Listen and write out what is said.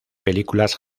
películas